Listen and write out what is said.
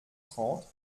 trente